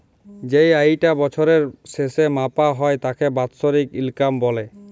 যেই আয়িটা বছরের শেসে মাপা হ্যয় তাকে বাৎসরিক ইলকাম ব্যলে